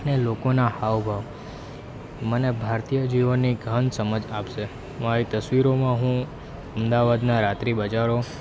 અને લોકોના હાવભાવ મને ભારતીય જીવનની ઘણી સમજ આપશે મારી તસવીરોમાં હું અમદાવાદના રાત્રિ બજારો